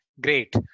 Great